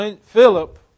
Philip